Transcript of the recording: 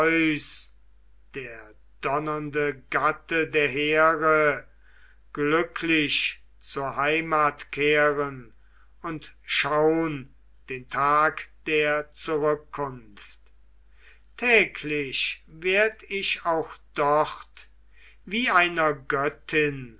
der donnernde gatte der here glücklich zur heimat kehren und schaun den tag der zurückkunft täglich werd ich auch dort wie einer göttin